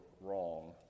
wrong